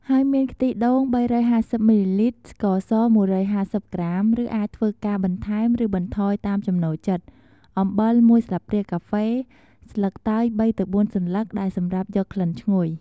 ហើយមានខ្ទិះដូង ៣៥០ មីលីលីត្រ, ស្ករស ១៥០ ក្រាម ឬ អាចធ្វើការបន្ថែមឬបន្ថយតាមចំណូលចិត្ត, អំបិល ១ ស្លាបព្រាកាហ្វេ, ស្លឹកតើយ ៣ ទៅ ៤ សន្លឹក ដែលសម្រាប់យកក្លិនឈ្ងុយ។